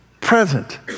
present